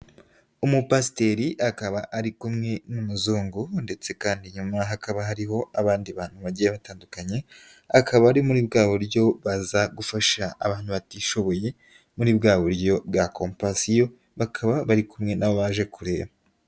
Umupasiteri akaba ari kumwe n'umuzungu, ndetse kandi inyuma hakaba hariho abandi bantu bagiye batandukanye. Akaba ari muri bwa buryo baza gufasha abantu batishoboye, muri bwa buryo bwa kompasiyo, bakaba bari kumwe nabo baje kureba.